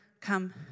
come